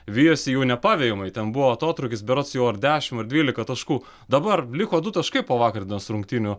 vijosi jau nepavejamai ten buvo atotrūkis berods jau ar dešimt ar dvylika taškų dabar liko du taškai po vakar dienos rungtynių